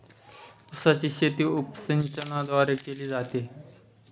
उसाची शेती उपसिंचनाद्वारे केली जाते